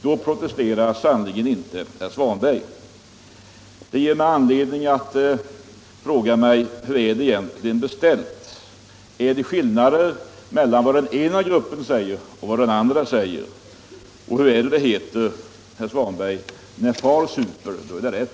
Då protesterar sannerligen inte herr Svanberg. Det ger mig anledning att fråga: Hur är det egentligen beställt? Är det skillnader mellan vad den ena gruppen säger och vad den andra säger? Då är kanske det gamla talesättet tillämpligt: När far super, då är det rätt.